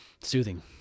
Soothing